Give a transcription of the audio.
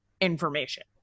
information